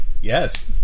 Yes